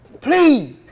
Please